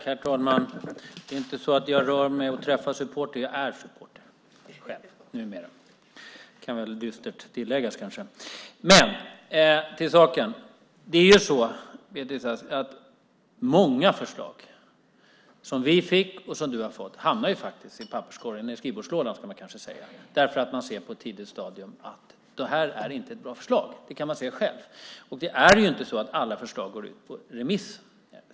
Herr talman! Det är inte så att jag rör mig bland och träffar supportrar, jag är supporter själv, numera, kan kanske dystert tilläggas. Till saken! Det är ju så, Beatrice Ask, att många förslag som vi fick och som du har fått faktiskt hamnar i papperskorgen, eller i skrivbordslådan, som man kanske säger, därför att det går att se på ett tidigt stadium att det inte är ett bra förslag. Det kan man se själv. Det är inte så att alla förslag går ut på remiss.